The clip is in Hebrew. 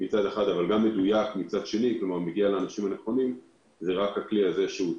אבל כן להגיע לאנשים הנכונים, זה רק הכלי הזה.